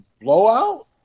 blowout